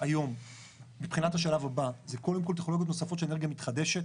היום מבחינת השלב הבא זה קודם כל טכנולוגיות נוספות של אנרגיה מתחדשת.